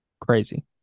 crazy